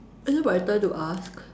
is it my turn to ask